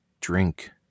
drink